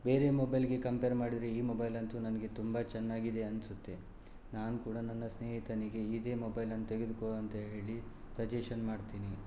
ಬೇರೆ ಮೊಬೈಲ್ಗೆ ಕಂಪೇರ್ ಮಾಡಿದರೆ ಈ ಮೊಬೈಲ್ ಅಂತೂ ನನಗೆ ತುಂಬ ಚೆನ್ನಾಗಿದೆ ಅನಿಸುತ್ತೆ ನಾನು ಕೂಡ ನನ್ನ ಸ್ನೇಹಿತನಿಗೆ ಇದೇ ಮೊಬೈಲನ್ನು ತೆಗೆದುಕೋ ಅಂತ ಹೇಳಿ ಸಜೇಶನ್ ಮಾಡ್ತೀನಿ